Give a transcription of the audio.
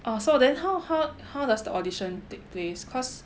orh so then how how how does the audition take place because